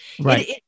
Right